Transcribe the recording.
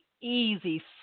easy